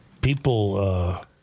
People